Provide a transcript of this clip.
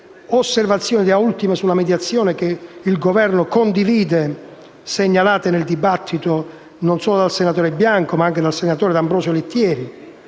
osservazioni sulla mediazione, che il Governo condivide, segnalate nel dibattito non solo dal senatore Bianco ma anche dal senatore D'Ambrosio Lettieri.